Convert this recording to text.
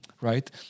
Right